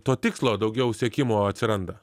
to tikslo daugiau siekimo atsiranda